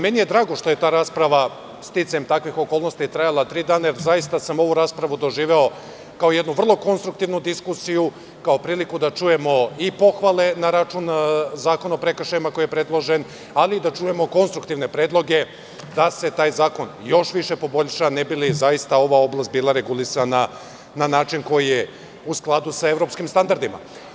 Meni je drago što je ta rasprava sticajem takvih okolnosti trajala tri dana, jer sam zaista ovu raspravu doživeo kao jednu vrlo konstruktivnu diskusiju, kao priliku da čujemo i pohvale na račun Zakona o prekršajima koji je predložen, ali i da čujemo konstruktivne predloge da se taj zakon još više poboljša ne bi li zaista ova oblast bila regulisana na način koji je u skladu sa evropskim standardima.